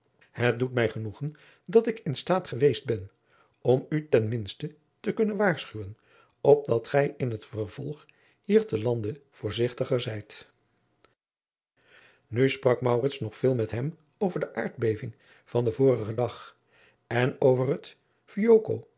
het doet mij genoegen dat ik in staat geweest ben om u ten minste te kunnen waarschuwen opdat gij in het vervolg hier te lande voorzigtiger zijt adriaan loosjes pzn het leven van maurits lijnslager nu sprak maurits nog veel met hem over de aardbeving van den vorigen dag en over het